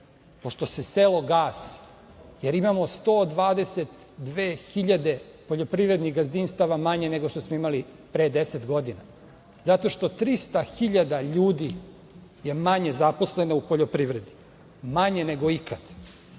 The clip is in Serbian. pošto se selo gasi, jer imamo 122 hiljade poljoprivrednih gazdinstava manje nego što smo imali pre 10 godina, zato što 300 hiljada ljudi je manje zaposleno u poljoprivredi. Manje nego ikada. Ne